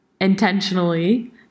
intentionally